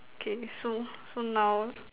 okay so so now